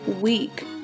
week